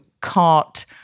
cart